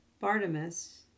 Bartimaeus